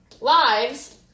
lives